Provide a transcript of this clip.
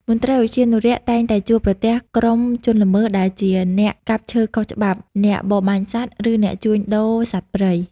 មន្ត្រីឧទ្យានុរក្សតែងតែជួបប្រទះក្រុមជនល្មើសដែលជាអ្នកកាប់ឈើខុសច្បាប់ អ្នកបរបាញ់សត្វ ឬអ្នកជួញដូរសត្វព្រៃ។